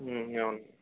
అవును